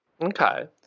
Okay